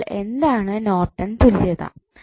അപ്പോൾ എന്താണ് നോർട്ടൺ തുല്യത